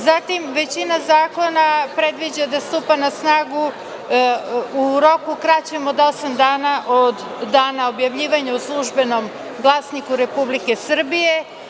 Zatim, većina zakona predviđa da stupa na snagu u roku kraćem od osam dana od dana objavljivanja u „Službenom glasniku Republike Srbije“